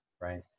right